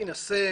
להינשא,